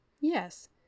Yes